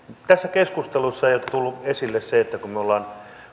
tässä keskustelussa ei ole tullut esille se että kun me olemme